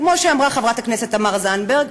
כמו שאמרה חברת הכנסת תמר זנדברג,